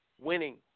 winning